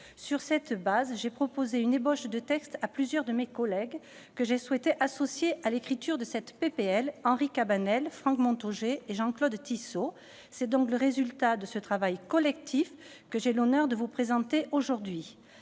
Sur cette base, j'ai proposé une ébauche de texte à plusieurs de mes collègues, que j'ai souhaité associer à l'écriture de cette proposition de loi, à savoir Henri Cabanel, Franck Montaugé et Jean-Claude Tissot. C'est donc le résultat de ce travail collectif que j'ai l'honneur de vous présenter aujourd'hui.